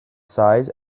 size